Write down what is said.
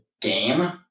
game